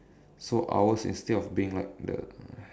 so ours instead of being like the